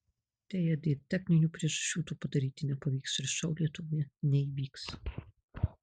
deja dėl techninių priežasčių to padaryti nepavyks ir šou lietuvoje neįvyks